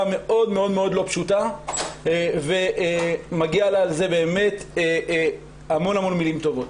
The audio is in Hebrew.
מאוד מאוד לא פשוטה ועל כך מגיעות לה המון מלים טובות.